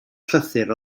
llythyr